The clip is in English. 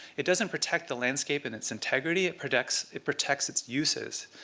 it doesn't protect the landscape in its integrity. it protects it protects its uses,